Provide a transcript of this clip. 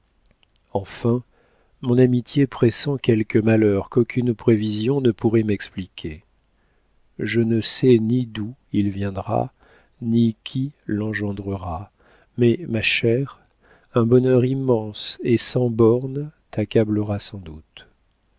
enfin mon amitié pressent quelque malheur qu'aucune prévision ne pourrait m'expliquer je ne sais ni d'où il viendra ni qui l'engendrera mais ma chère un bonheur immense et sans bornes t'accablera sans doute